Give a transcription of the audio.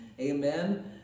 Amen